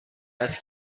است